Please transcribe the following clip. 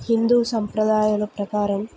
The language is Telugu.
హిందూ సంప్రదాయల ప్రకారం